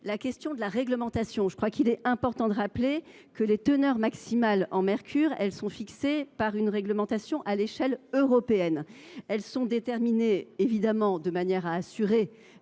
le problème de la réglementation. Il est important de rappeler que les teneurs maximales en mercure sont fixées par une réglementation à l’échelle européenne. Elles sont déterminées de manière à assurer